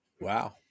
Wow